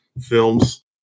films